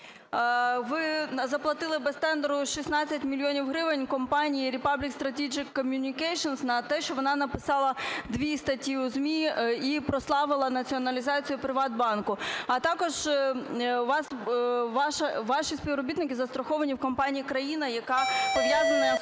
ви заплатили без тендеру 16 мільйонів гривень компанії Republic Strategic Communications за те, що вона написала 2 статті у ЗМІ і прославила націоналізацію "ПриватБанку". А також ваші співробітники застраховані в компанії країни, яка пов'язана з